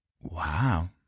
Wow